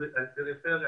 לפריפריה.